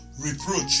reproach